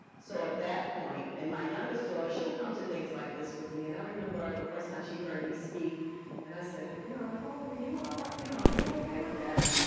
so at that point, and my youngest daughter, she'll come to things like this with me, and i remember the first time she heard me speak and i said, you know, nicole, are you are you know you okay with that?